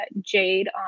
jade